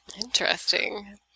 Interesting